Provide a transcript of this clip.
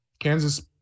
Kansas